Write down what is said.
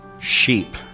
sheep